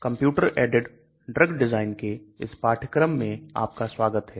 computer aided drug design के इस पाठ्यक्रम में आपका स्वागत है